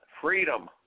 freedom